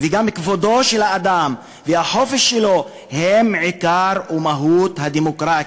וגם כבודו של האדם והחופש שלו הם עיקר ומהות הדמוקרטיה.